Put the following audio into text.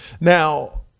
now